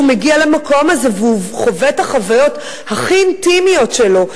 מגיע למקום הזה והוא חווה את החוויות הכי אינטימיות שלו,